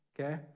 okay